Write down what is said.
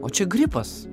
o čia gripas